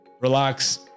relax